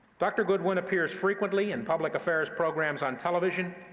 dr. goodwin appears frequently in public affairs programs on television,